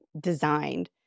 designed